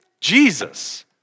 Jesus